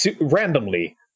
randomly